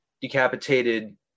decapitated